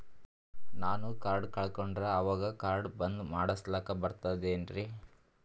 ನಾನು ಕಾರ್ಡ್ ಕಳಕೊಂಡರ ಅವಾಗ ಕಾರ್ಡ್ ಬಂದ್ ಮಾಡಸ್ಲಾಕ ಬರ್ತದೇನ್ರಿ?